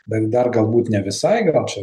bet dar galbūt ne visai gal čia